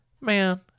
man